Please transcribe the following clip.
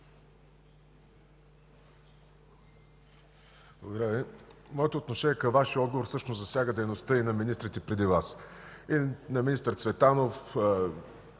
Моето отношение към Вашия отговор всъщност засяга дейността и на министрите преди Вас: и на министър Цветанов,